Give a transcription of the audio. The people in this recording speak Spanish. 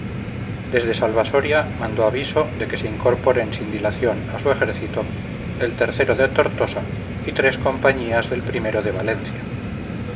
desde salvasoria mandó aviso de que se incorporen sin dilación a su ejército el o de tortosa y tres compañías del o de valencia